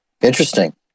interesting